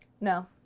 No